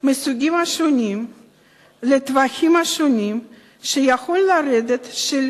מסוגים שונים ולטווחים שונים שיכול לרדת על